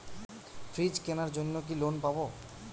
Fridge কেনার জন্য কি লোন পাব?